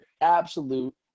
Absolute